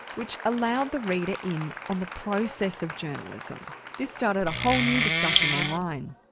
which allowed the reader in on the process of journalism. this started a whole new discussion online.